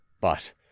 But